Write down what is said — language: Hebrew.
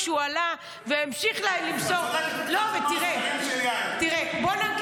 כשהוא עלה והמשיך ------ בוא נגיד